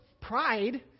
pride